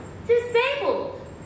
disabled